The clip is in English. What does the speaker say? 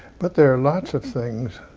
but there are lots of things